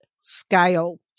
scale